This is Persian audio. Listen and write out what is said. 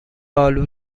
آلو